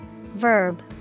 Verb